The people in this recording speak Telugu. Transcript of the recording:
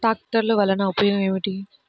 ట్రాక్టర్లు వల్లన ఉపయోగం ఏమిటీ?